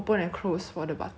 that seats there